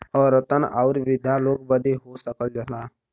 औरतन आउर वृद्धा लोग बदे हो सकला